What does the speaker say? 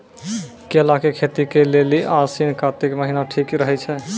केला के खेती के लेली आसिन कातिक महीना ठीक रहै छै